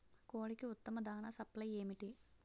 కోడికి ఉత్తమ దాణ సప్లై ఏమిటి?